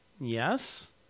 Yes